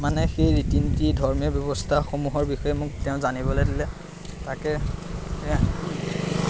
মানে সেই ৰীতি নীতি ধৰ্মীয় ব্যৱস্থাসমূহৰ বিষয়ে মোক তেওঁ জানিবলৈ দিলে তাকে